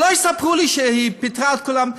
שלא יספרו לי שהיא פיטרה את כולם.